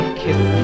kiss